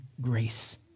grace